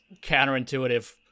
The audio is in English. counterintuitive